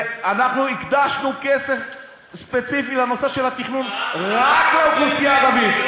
אנחנו הקצבנו כסף ספציפי לנושא של התכנון רק לאוכלוסייה הערבית.